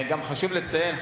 גם חשוב לציין,